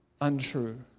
untrue